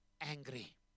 angry